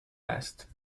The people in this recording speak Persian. است